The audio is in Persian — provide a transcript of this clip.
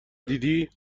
دیدی